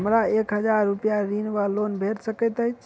हमरा एक हजार रूपया ऋण वा लोन भेट सकैत अछि?